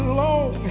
long